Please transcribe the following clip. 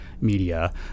media